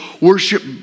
worship